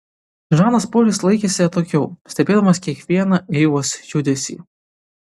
žanas polis laikėsi atokiau stebėdamas kiekvieną eivos judesį